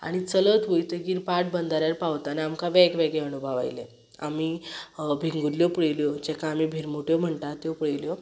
आनी चलत वयतगीर पाट बंदऱ्यार पावतना आमकां वेगवेगळे अणुभव आयले आमी भिंगुल्ल्यो पळयल्यो जेका आमी भिरमुट्यो म्हणटात त्यो पळयल्यो